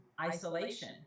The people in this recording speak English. isolation